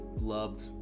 loved